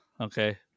okay